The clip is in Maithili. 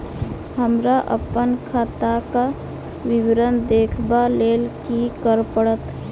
हमरा अप्पन खाताक विवरण देखबा लेल की करऽ पड़त?